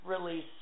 release